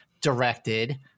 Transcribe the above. directed